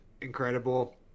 incredible